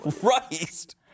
Christ